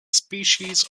species